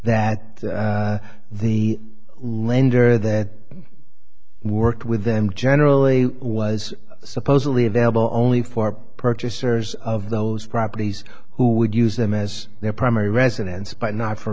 that the lender that worked with them generally was supposedly available only for purchasers of those properties who would use them as their primary residence but not for